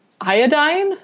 iodine